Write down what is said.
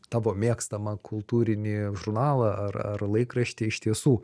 tavo mėgstamą kultūrinį žurnalą ar ar laikraštį iš tiesų